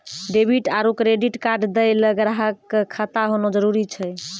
debit आरू credit card दैय ल ग्राहक क खाता होना जरूरी छै